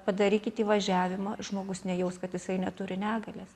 padarykit įvažiavimą žmogus nejaus kad jisai neturi negalės